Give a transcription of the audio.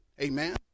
Amen